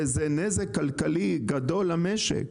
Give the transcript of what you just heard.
לאיזה נזק כלכלי גדול למשק.